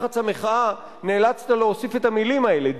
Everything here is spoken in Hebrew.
אני יודע שבלחץ המחאה נאלצת להוסיף את המלים האלה,